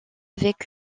avec